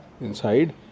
inside